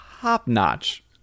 Top-notch